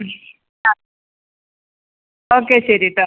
ആ ഓക്കെ ശരീട്ടാ